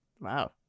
Wow